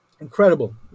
incredible